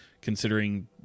considering –